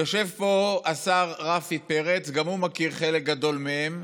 יושב פה השר רפי פרץ, גם הוא מכיר חלק גדול מהם,